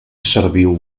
serviu